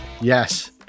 Yes